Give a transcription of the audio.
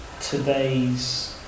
today's